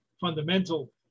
fundamental